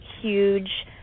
huge